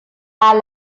are